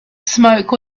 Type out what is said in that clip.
smoke